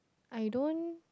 I don't